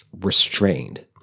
restrained